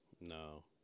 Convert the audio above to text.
No